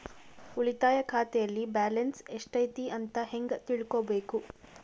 ಉಳಿತಾಯ ಖಾತೆಯಲ್ಲಿ ಬ್ಯಾಲೆನ್ಸ್ ಎಷ್ಟೈತಿ ಅಂತ ಹೆಂಗ ತಿಳ್ಕೊಬೇಕು?